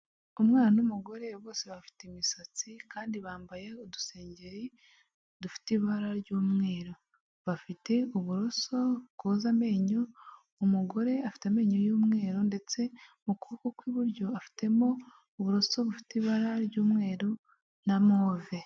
Umwana n'umugore bose bafite imisatsi kandi bambaye udusengeri dufite ibara ry'umweru, bafite uburoso bwoza amenyo, umugore afite amenyo y'umweru ndetse mu kuboko kw'iburyo afitemo uburoso bufite ibara ry'umweru na move.